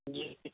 جی